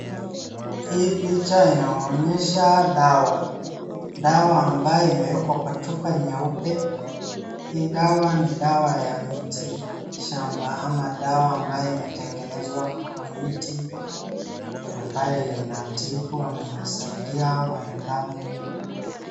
Hii picha inaonyesha dawa. Dawa ambayo imewekwa kwa chupa nyeupe. Hii dawa ni dawa ya miti shamba ama dawa ambayo imetengenezwa kutoka miti ambayo inatibu ama inasaidia wanadamu.